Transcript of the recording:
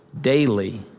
daily